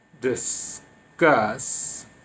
discuss